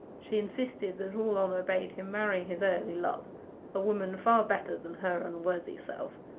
she insisted that all honour bade him marry his early love a woman far better than her unworthy self,